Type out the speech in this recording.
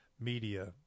media